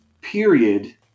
period